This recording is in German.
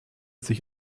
sich